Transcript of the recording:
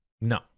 No